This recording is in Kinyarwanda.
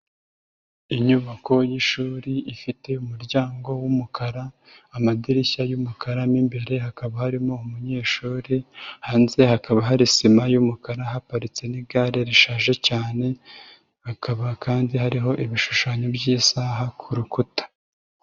Inyubako y'ishuri ifite umuryango w'umukara, amadirishya y'umukara, mo imbere hakaba harimo umunyeshuri, hanze hakaba hari sima y'umukara, haparitse n'igare rishaje cyane, hakaba kandi hariho ibishushanyo by'isaha ku rukuta.